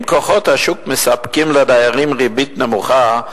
אם כוחות השוק מספקים לדיירים ריבית נמוכה,